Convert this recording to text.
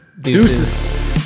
Deuces